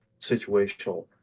Situational